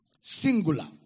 Singular